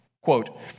Quote